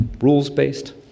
rules-based